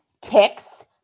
ticks